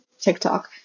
TikTok